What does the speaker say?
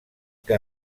que